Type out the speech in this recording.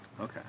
Okay